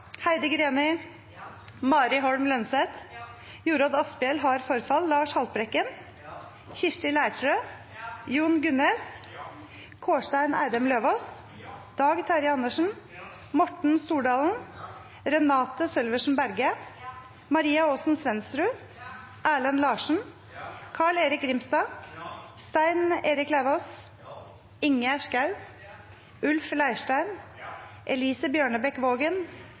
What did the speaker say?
Heidi Greni, Mari Holm Lønseth, Lars Haltbrekken, Kirsti Leirtrø, Jon Gunnes, Kårstein Eidem Løvaas, Dag Terje Andersen, Morten Stordalen, Renate Sølversen Berge, Maria Aasen-Svensrud, Erlend Larsen, Carl-Erik Grimstad, Stein Erik Lauvås, Ingjerd Schou, Ulf Leirstein, Elise